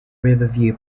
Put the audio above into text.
riverview